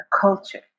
culture